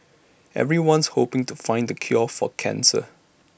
everyone's hoping to find the cure for cancer